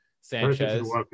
Sanchez